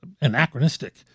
anachronistic